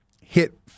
hit